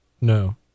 no